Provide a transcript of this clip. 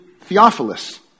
Theophilus